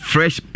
Fresh